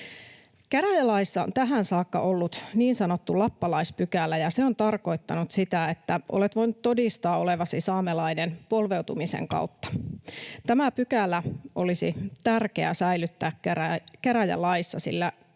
Käräjälaissa on tähän saakka ollut niin sanottu lappalaispykälä, ja se on tarkoittanut sitä, että olet voinut todistaa olevasi saamelainen polveutumisen kautta. Tämä pykälä olisi tärkeää säilyttää käräjälaissa,